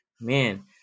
man